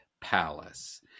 palace